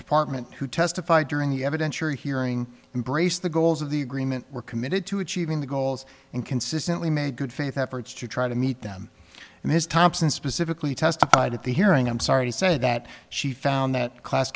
department who testified during the evidentiary hearing embraced the goals of the agreement were committed to achieving the goals and consistently made good faith efforts to try to meet them and his thompson specifically testified at the hearing i'm sorry he said that she found that class